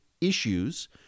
issues